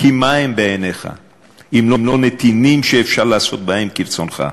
כי מה הם בעיניך אם לא נתינים שאפשר לעשות בהם כרצונך?